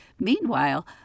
Meanwhile